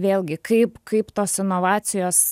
vėlgi kaip kaip tos inovacijos